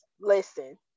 Listen